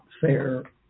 fair